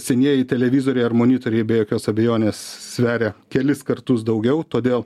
senieji televizoriai ar monitoriai be jokios abejonės sveria kelis kartus daugiau todėl